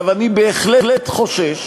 עכשיו, אני בהחלט חושש,